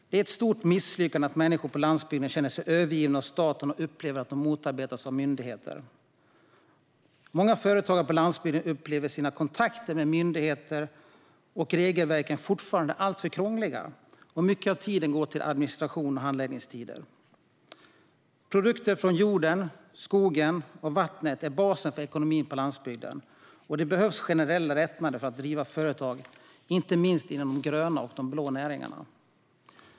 Det är ett stort misslyckande att människor på landsbygden känner sig övergivna av staten eller upplever att de motarbetas av myndigheterna. Många företagare på landsbygden upplever i sina kontakter med myndigheter att regelverken fortfarande är alltför krångliga och att mycket tid går åt till administration och handläggning. Produkter från jorden, skogen och vattnet är basen för ekonomin på landsbygden. Det behövs generella lättnader för att driva företag, inte minst inom de gröna och blå näringarna.